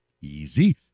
Easy